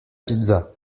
pizza